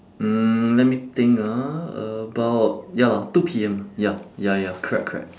mm let me think ah about ya lah two P_M ya ya ya correct correct